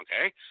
Okay